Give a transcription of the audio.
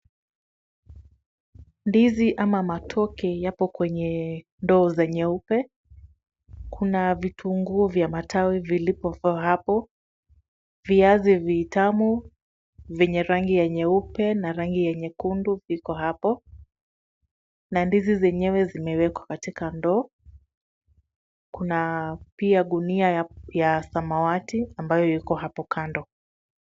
Ndizi ama matoke yapo kwenye ndoo za nyeupe. Kuna vitunguu vya matawi vilivyo hapo. Viazi vitamu vyenye rangi ya nyeupe na rangi ya nyekundu vipo hapo. Na ndizi zenyewe zimewekwa katika ndoo. Kuna pia gunia ya samawati ambayo iko hapo kando.